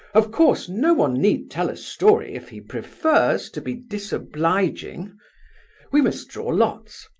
of course no one need tell a story if he prefers to be disobliging we must draw lots!